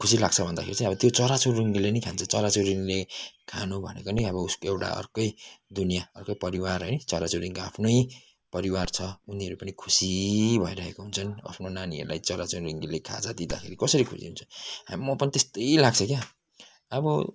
खुसी लाग्छ भन्दाखेरि चाहिँ त्यो चरा चुरुङ्गीले पनि खान्छ चरा चुरुङ्गीले खानु भनेको नै अब उसको एउटा अर्कै दुनिया अर्कै परिवार है चरा चुरुङ्गीको आफ्नै परिवार छ उनीहरू पनि खुसी भइरहेको हुन्छन् आफनो नानीहरूलाई चरा चुरुङ्गीले खाजा दिँदाखेरि चाहिँ कसरी खुसी हुन्छन् म पनि त्यस्तै लाग्छ क्या अब